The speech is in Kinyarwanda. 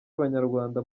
abanyarwanda